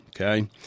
Okay